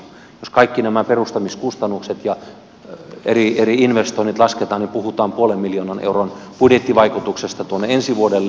jos kaikki nämä perustamiskustannukset ja eri investoinnit lasketaan niin puhutaan puolen miljoonan euron budjettivaikutuksesta tuonne ensi vuodelle